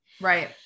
Right